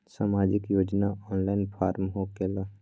समाजिक योजना offline form होकेला?